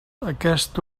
aquest